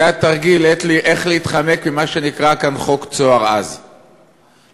זה היה תרגיל איך להתחמק ממה שנקרא כאן חוק "צהר" אז,